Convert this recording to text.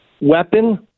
weapon